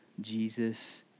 Jesus